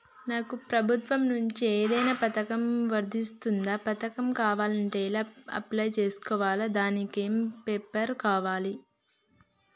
నాకు ప్రభుత్వం నుంచి ఏదైనా పథకం వర్తిస్తుందా? పథకం కావాలంటే ఎలా అప్లై చేసుకోవాలి? దానికి ఏమేం పేపర్లు కావాలి?